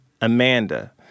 Amanda